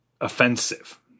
offensive